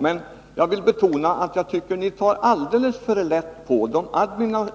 Men jag vill betona att jag tycker ni tar alldeles för lätt på de